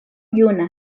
juna